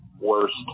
worst